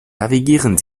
navigieren